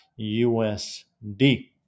USD